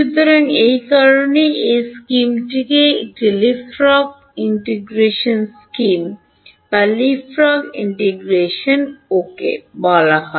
সুতরাং এই কারণেই এই স্কিমটিকে একটি leapfrog integration scheme leapfrog integration ওকে বলা হয়